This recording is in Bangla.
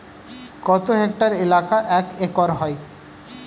কত হেক্টর এলাকা এক একর হয়?